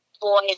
boy